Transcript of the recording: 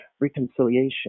reconciliation